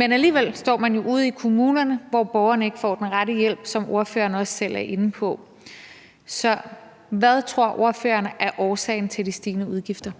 Alligevel står man jo ude i kommunerne med borgere, der ikke får den rette hjælp, hvad ordføreren også selv er inde på. Så hvad tror ordføreren er årsagen til de stigende udgifter?